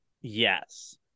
Yes